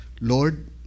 Lord